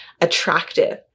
attractive